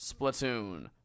Splatoon